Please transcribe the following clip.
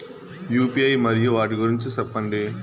UPI మరియు వాటి గురించి సెప్పండి?